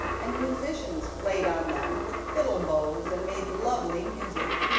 and musicians played on them with fiddle bows and made lovely music.